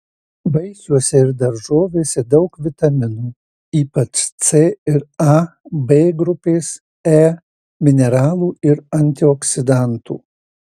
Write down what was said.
vaisiuose ir daržovėse daug vitaminų ypač c ir a b grupės e mineralų ir antioksidantų